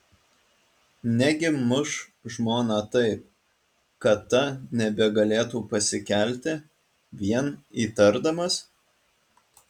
negi muš žmoną taip kad ta nebegalėtų pasikelti vien įtardamas